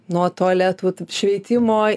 nuo tualetų šveitimo